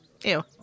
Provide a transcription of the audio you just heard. Ew